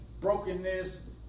brokenness